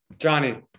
Johnny